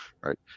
right